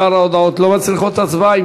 שאר ההודעות לא מצריכות הצבעה.